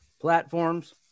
platforms